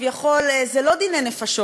כביכול זה לא דיני נפשות,